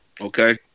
Okay